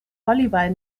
volleyball